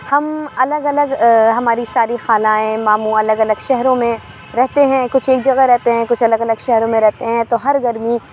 ہم الگ الگ ہماری ساری خالائیں ماموں الگ الگ شہروں میں رہتے ہیں کچھ ایک جگہ رہتے ہیں کچھ الگ الگ شہروں میں رہتے ہیں تو ہر گرمی